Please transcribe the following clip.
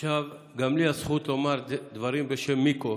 עכשיו גם לי הזכות לומר דברים בשם ניקו,